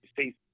see